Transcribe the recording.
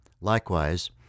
Likewise